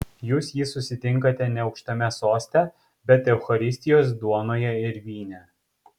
jūs jį susitinkate ne aukštame soste bet eucharistijos duonoje ir vyne